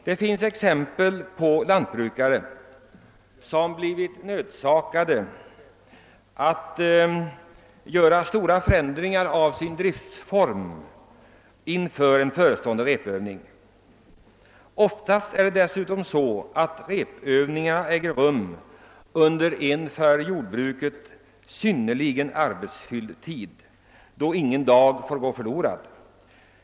Det finns exempel på lantbrukare som blivit nödsakade att vidtaga stora förändringar beträffande driftformen inför en förestående repetitionsövning. Oftast äger repetitionsövningarna rum under en för jordbruket synnerligen arbetsfylld tid, då ingen dag får gå förlorad.